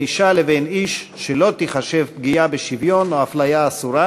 אישה לבין איש שלא תיחשב פגיעה בשוויון או אפליה אסורה,